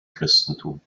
christentum